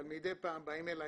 אבל מידי פעם באים אליי